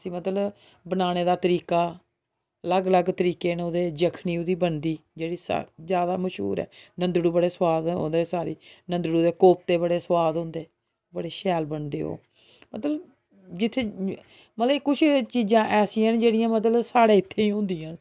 उसी मतलब बनाने दा तरीका अलग अलग तरीके न ओह्दे जखनी ओह्दी बनदी जेह्ड़ी सा ज्यादा मश्हूर ऐ नंदड़ू बड़े सुआद ऐं ओहदे सारी नंदड़ू दे कोपते बड़े सुआद होंदे बड़े शैल बनदे ओह् मतलब जित्थें मतलब कुछ चीज़ां ऐसियां न जेह्ड़ियां मतलब साढ़ै इत्थै ही होंदियां